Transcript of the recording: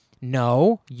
no